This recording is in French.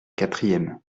quatrième